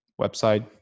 website